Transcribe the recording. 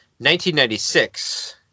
1996